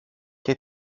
και